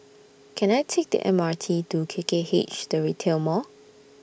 Can I Take The M R T to K K H The Retail Mall